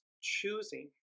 choosing